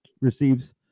receives